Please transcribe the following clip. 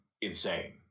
insane